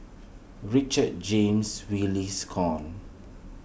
Richard James release come